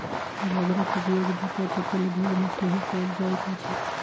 रबरक उपयोग जूत्ता चप्पल उद्योग मे सेहो कएल जाइत अछि